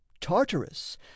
tartarus